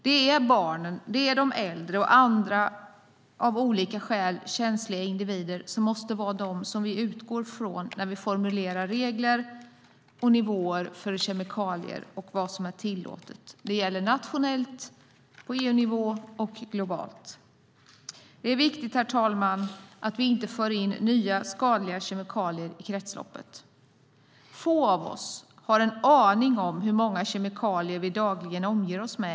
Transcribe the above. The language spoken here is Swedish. Det är barnen, de äldre och andra av olika skäl känsliga individer som vi måste utgå från när vi formulerar regler och nivåer för kemikalier och för vad som är tillåtet. Det gäller nationellt, på EU-nivå och globalt. Herr talman! Det är viktigt att vi inte för in nya skadliga kemikalier i kretsloppet. Få av oss har en aning om hur många kemikalier vi dagligen omger oss med.